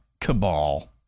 cabal